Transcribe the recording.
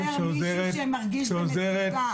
--- היום מתקשר מישהו שמרגיש במצוקה.